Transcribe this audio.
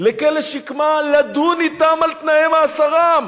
לכלא "שקמה" לדון אתם על תנאי מאסרם,